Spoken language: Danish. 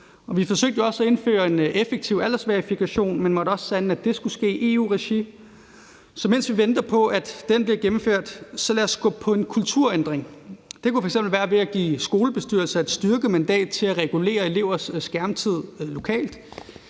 vi forsøgte jo også at indføre en effektiv aldersverifikation, men måtte også sande, at det skulle ske i EU-regi. Så mens vi venter på, at den bliver gennemført, så lad os gå efter en kulturændring. Det kunne f.eks. være ved at give skolebestyrelser et styrket mandat til at regulere elevers skærmtid lokalt.